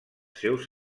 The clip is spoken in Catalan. seus